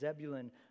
Zebulun